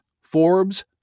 Forbes